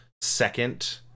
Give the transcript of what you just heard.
second